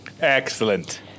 Excellent